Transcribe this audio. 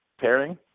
pairing